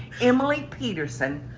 emily peterson.